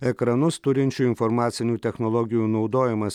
ekranus turinčių informacinių technologijų naudojimas